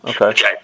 Okay